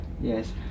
Yes